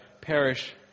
perish